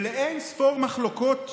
ולאין-ספור מחלוקות